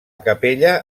capella